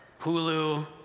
Hulu